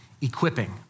equipping